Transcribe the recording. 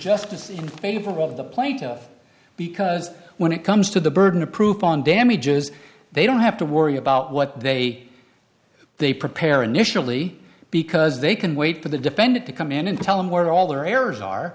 justice in favor of the plight of because when it comes to the burden of proof on damages they don't have to worry about what they they prepare initially because they can wait for the defendant to come in and tell him where all their errors are